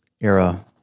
era